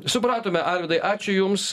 supratome arvydai ačiū jums